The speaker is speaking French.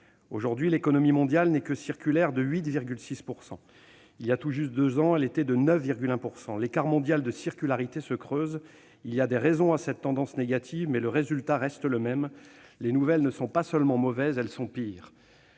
Aujourd'hui, l'économie mondiale n'est que circulaire de 8,6 %. Il y a tout juste deux ans, elle l'était de 9,1 %. L'écart mondial de circularité se creuse. Il y a des raisons à cette tendance négative, mais le résultat reste le même : les nouvelles ne sont pas seulement mauvaises, elles sont pires.